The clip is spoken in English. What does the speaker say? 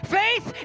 faith